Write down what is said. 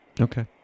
Okay